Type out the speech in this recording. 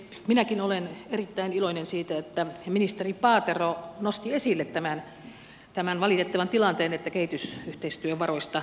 minäkin olen erittäin iloinen siitä että ministeri paatero nosti esille tämän valitettavan tilanteen että kehitysyhteistyövaroista nyt leikataan